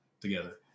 together